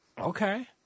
Okay